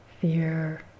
fear